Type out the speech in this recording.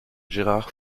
gérard